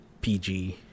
pg